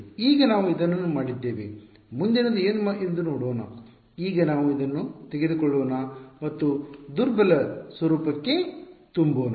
ಈಗ ನಾವು ಇದನ್ನು ಮಾಡಿದ್ದೇವೆ ಮುಂದಿನದು ಏನು ಎಂದು ನೋಡೋಣ ಈಗ ನಾವು ಇದನ್ನು ತೆಗೆದುಕೊಳ್ಳೋಣ ಮತ್ತು ದುರ್ಬಲ ಸ್ವರೂಪಕ್ಕೆ ತುಂಬೋಣ